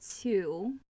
two